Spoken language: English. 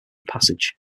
passage